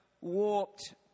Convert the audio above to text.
warped